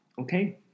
Okay